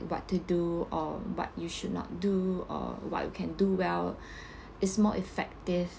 what to do or what you should not do or what you can do well it's more effective